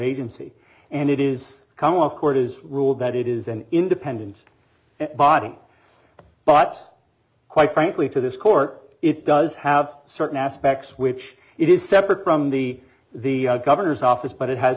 agency and it is come off court has ruled that it is an independent body but quite frankly to this court it does have certain aspects which it is separate from the the governor's office but it has